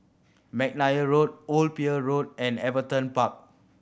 McNair Road Old Pier Road and Everton Park